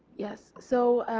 yes. so